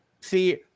See